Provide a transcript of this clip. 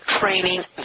Training